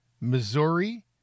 missouri